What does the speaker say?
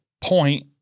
point